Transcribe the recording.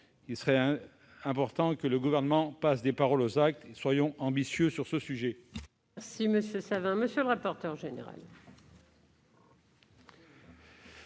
Il serait un important que le Gouvernement passe des paroles aux actes, soyons ambitieux sur le sujet.